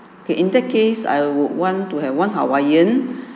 okay in that case I would want to have one hawaiian